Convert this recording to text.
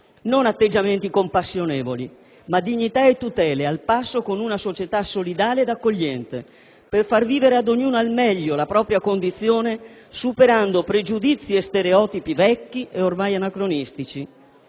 non atteggiamenti compassionevoli, ma dignità e tutele al passo con una società solidale ed accogliente per far vivere ad ognuno e al meglio la propria condizione, superando pregiudizi e stereotipi vecchi e ormai anacronistici.